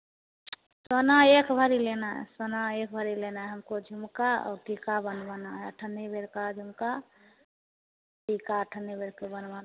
सोना एक भरी लेना है सोना एक भरी लेना है हमको झुमका औ टीका बनवाना है अठन्नी भेर का झुमका टीका अठन्नी भर कर बनवाना है